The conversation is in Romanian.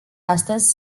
astăzi